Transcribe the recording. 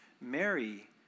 Mary